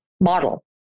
model